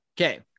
Okay